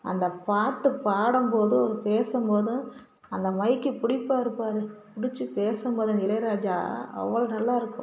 அந்த பாட்டு பாடம்போதும் அவரு பேசும்போதும் அந்த மைக்கு பிடிப்பாரு பார் பிடிச்சி பேசும்போது அந்த இளையராஜா அவ்வளோ நல்லா இருக்கும்